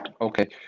Okay